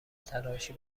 تلاشی